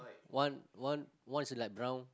one one one is light brown